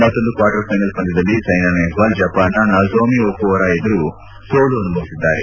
ಮತ್ತೊಂದು quarter final ಪಂದ್ಯದಲ್ಲಿ ಸೈನಾ ನೆಪ್ವಾಲ್ ಜಪಾನ್ನ ನೋಜೋಮಿ ಒಕೂಪರ ಅವರ ಎದುರು ಸೋಲು ಅನುಭವಿಸಿದ್ದಾರೆ